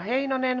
kiitos